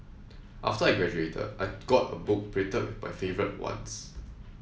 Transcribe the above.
after I graduated I got a book printed with my favourite ones